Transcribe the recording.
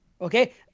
Okay